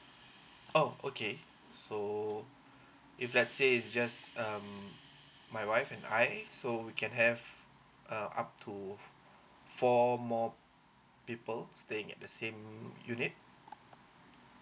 oh okay so if let's say is just um my wife and I so we can have uh up to four more people staying at the same um unit